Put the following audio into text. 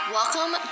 Welcome